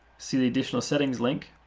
see the additional settings link.